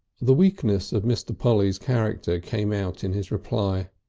the weakness of mr. polly's character came out in his reply.